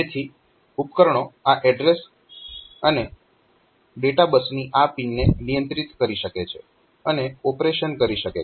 જેથી ઉપકરણો આ એડ્રેસ અને ડેટા બસની આ પિનને નિયંત્રિત કરી શકે છે અને ઓપરેશન કરી શકે